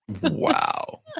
Wow